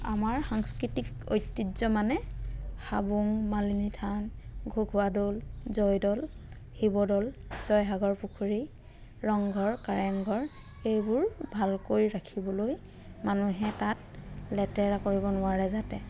আমাৰ সাংস্কৃতিক ঐতিহ্য মানে হাবুং মালিনী থান ঘুগুহা দৌল জয়দৌল শিৱদৌল জয়সাগৰ পুখুৰী ৰংঘৰ কাৰেংঘৰ সেইবোৰ ভালকৈ ৰাখিবলৈ মানুহে তাত লেতেৰা কৰিব নোৱাৰে যাতে